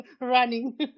running